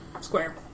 Square